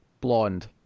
blonde